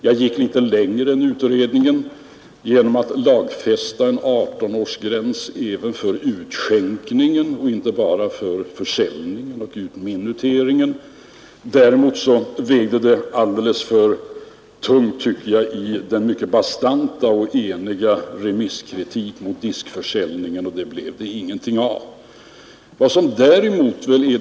Jag gick litet längre än utredningen genom att föreslå en 18-årsgräns även för utskänkningen och inte bara för försäljningen och utminuteringen. Däremot vägde den mycket bastanta och eniga remisskritiken alldeles för tungt när det gällde diskförsäljningen, och det blev ingenting av med det förslaget.